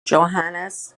johannes